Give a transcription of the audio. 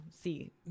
see